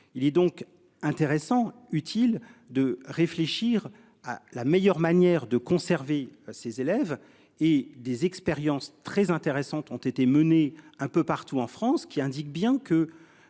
Il est donc intéressant, utile de réfléchir à la meilleure manière de conserver ses élèves et des expériences très intéressantes, ont été menées un peu partout en France, qui indique bien que